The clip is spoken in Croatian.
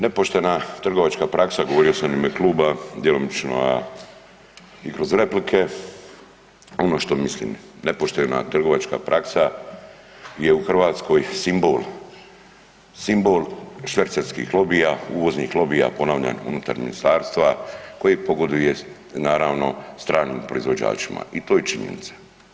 Nepoštena trgovačka praksa, govorio sam u ime kluba djelomično, a i kroz replike, ono što mislim nepoštena trgovačka praksa je u Hrvatskoj simbol, simbol švercerskih lobija, uvoznih lobija, ponavljam unutar ministarstva koje pogoduje naravno stranim proizvođačima i to je činjenica.